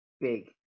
Big